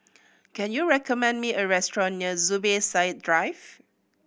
can you recommend me a restaurant near Zubir Said Drive